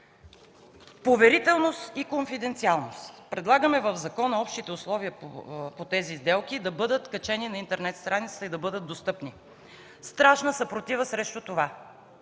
Поверителност и конфиденциалност. Предлагаме в закона общите условия по тези сделки да бъдат качени на интернет страницата и да бъдат достъпни. Страшна съпротива срещу това!